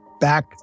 back